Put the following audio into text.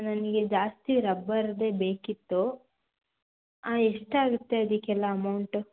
ನನಗೆ ಜಾಸ್ತಿ ರಬ್ಬರದ್ದೇ ಬೇಕಿತ್ತು ಆ ಎಷ್ಟಾಗುತ್ತೆ ಅದಕ್ಕೆಲ್ಲ ಅಮೌಂಟು